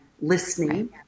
listening